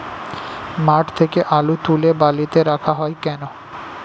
মাঠ থেকে আলু তুলে বালিতে রাখা হয় কেন?